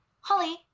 Holly